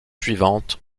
suivantes